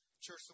Church